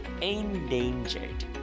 Endangered